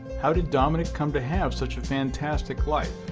how did dominique come to have such a fantastic life?